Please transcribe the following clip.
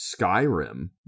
skyrim